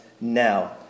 now